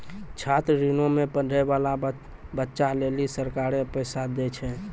छात्र ऋणो मे पढ़ै बाला बच्चा लेली सरकारें पैसा दै छै